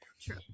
True